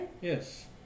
Yes